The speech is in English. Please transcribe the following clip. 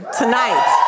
tonight